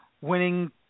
winning